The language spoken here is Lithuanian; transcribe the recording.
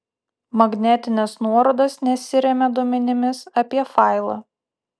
magnetinės nuorodos nesiremia duomenimis apie failą